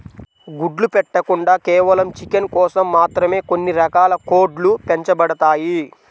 గుడ్లు పెట్టకుండా కేవలం చికెన్ కోసం మాత్రమే కొన్ని రకాల కోడ్లు పెంచబడతాయి